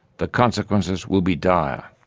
the consequences will be dire.